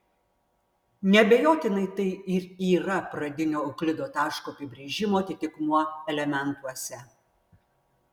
neabejotinai tai ir yra pradinio euklido taško apibrėžimo atitikmuo elementuose